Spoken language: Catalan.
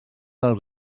del